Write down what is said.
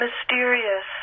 mysterious